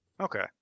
Okay